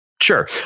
sure